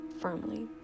firmly